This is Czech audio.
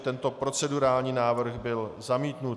Tento procedurální návrh byl zamítnut.